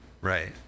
Right